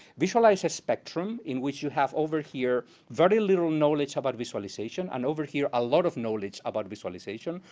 visualize a spectrum in which you have over here very little knowledge about visualization, and over here a lot of knowledge about visualization,